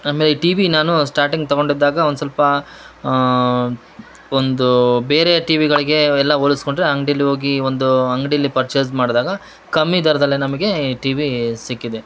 ಆಮೇಲೆ ಈ ಟಿವಿ ನಾನು ಸ್ಟಾರ್ಟಿಂಗ್ ತಗೊಂಡಿದ್ದಾಗ ಒಂದು ಸ್ವಲ್ಪ ಒಂದು ಬೇರೆ ಟಿವಿಗಳಿಗೆ ಎಲ್ಲಾ ಹೋಲಿಸ್ಕೊಂಡ್ರೆ ಅಂಗಡಿಲಿ ಹೋಗಿ ಒಂದು ಅಂಗಡಿಯಲ್ಲಿ ಪರ್ಚೇಸ್ ಮಾಡಿದಾಗ ಕಮ್ಮಿ ದರದಲ್ಲೇ ನಮಗೆ ಈ ಟಿವಿ ಸಿಕ್ಕಿದೆ